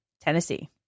Tennessee